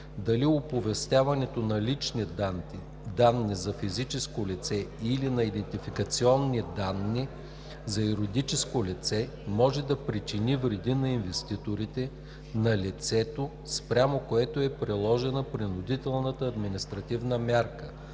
дали оповестяването на лични данни – за физическо лице, или на идентификационни данни – за юридическо лице, може да причини вреди на инвеститорите, на лицето, спрямо което е приложена принудителната административна мярка,